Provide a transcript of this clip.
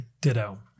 Ditto